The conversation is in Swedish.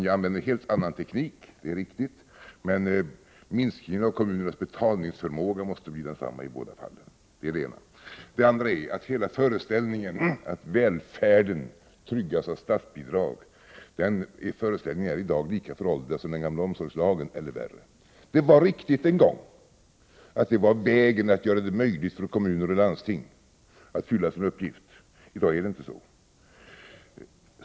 Vi använder en helt annan teknik — det är riktigt — men minskningen av kommunernas betalningsförmåga måste ju bli densamma i båda fallen. Det är det ena. Det andra är att hela föreställningen om att välfärden tryggas av statsbidrag i dag är lika föråldrad som den gamla omsorgslagen eller ännu värre. Det var riktigt en gång att detta var vägen för att göra det möjligt för kommuner och landsting att uppfylla sin uppgift. Men i dag är det inte så.